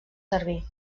servir